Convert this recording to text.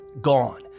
Gone